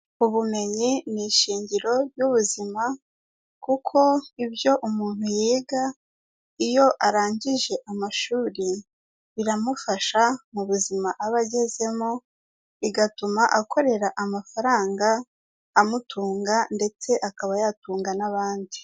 Ubumenyi ni ishingiro ry'ubuzima, kuko ibyo umuntu yiga, iyo arangije amashuri biramufasha mu buzima aba agezemo, bigatuma akorera amafaranga amutunga ndetse akaba yatunga n'abandi.